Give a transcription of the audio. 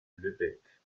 lübeck